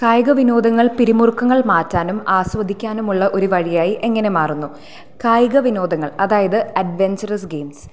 കായിക വിനോദങ്ങൾ പിരിമുറുക്കങ്ങൾ മാറ്റാനും ആസ്വദിക്കാനുമുള്ള ഒരു വഴിയായി എങ്ങനെ മാറുന്നു കായികവിനോദങ്ങൾ അതായത് അഡ്വെഞ്ചറസ് ഗെയിംസ്